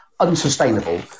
unsustainable